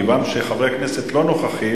מכיוון שחברי הכנסת לא נוכחים,